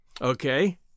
Okay